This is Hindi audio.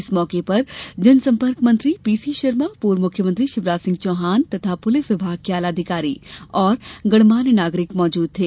इस मौके पर जनसंपर्क मंत्री पीसीशर्मा पूर्व मुख्यमंत्री शिवराज सिंह चौहान तथा पुलिस विभाग के आला अधिकारी और गणमान्य नागरिक मौजूद थे